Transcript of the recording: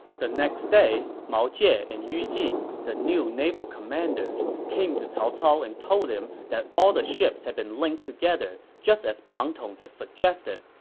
the next day, mao jie and yu jin, the new naval commanders, came to cao cao and told him that all the ships had been linked together as pang tong had suggested,